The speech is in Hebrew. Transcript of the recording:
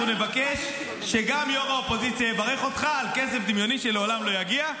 נבקש שגם ראש האופוזיציה יברך אותך על כסף דמיוני שלעולם לא יגיע,